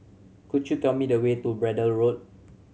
could you tell me the way to Braddell Road